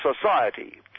society